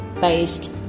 based